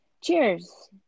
cheers